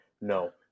No